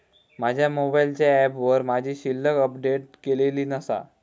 माझ्या मोबाईलच्या ऍपवर माझी शिल्लक अपडेट केलेली नसा